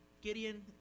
Gideon